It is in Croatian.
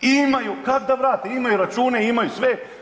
Imaju kad da vrate, imaju račune, imaju sve.